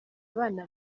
abana